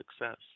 success